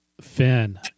Finn